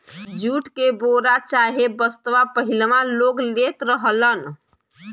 jute के बोरा चाहे बस्ता पहिलवां लोग लेत रहलन